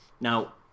Now